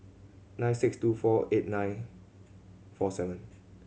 nine six two four nine eight four seven